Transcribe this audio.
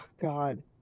god